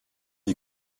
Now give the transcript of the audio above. die